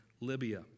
Libya